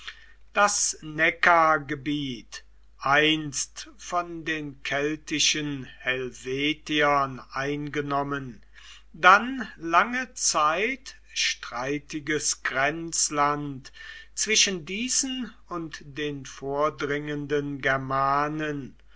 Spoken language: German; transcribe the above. das neckargebiet einst von den keltischen helvetiern eingenommen dann lange zeit streitiges grenzland zwischen diesen und den vordringenden germanen